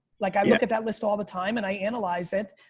like i look at that list all the time and i analyze it.